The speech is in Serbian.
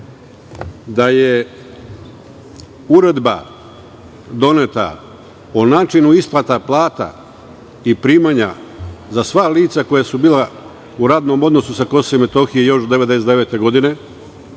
da je uredba doneta o načinu isplata plata i primanja za sva lica koja su bila u radnom odnosu sa Kosova i Metohije još 1999. godine,